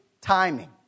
timing